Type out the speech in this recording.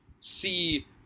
See